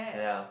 yeah